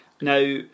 Now